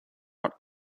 not